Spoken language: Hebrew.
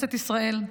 בכנסת ישראל.